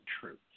truth